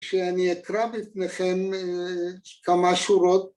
‫שאני אקרא בפניכם כמה שורות.